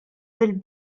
fil